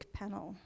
panel